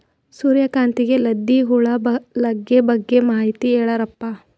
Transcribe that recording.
ಸೂರ್ಯಕಾಂತಿಗೆ ಲದ್ದಿ ಹುಳ ಲಗ್ಗೆ ಬಗ್ಗೆ ಮಾಹಿತಿ ಹೇಳರಪ್ಪ?